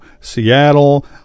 Seattle